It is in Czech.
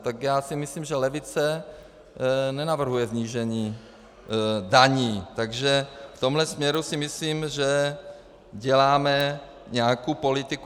Tak já si myslím, že levice nenavrhuje snížení daní, takže v tomhle směru si myslím, že děláme nějakou politiku.